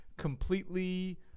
completely